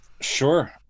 Sure